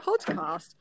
podcast